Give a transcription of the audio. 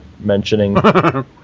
mentioning